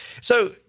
So-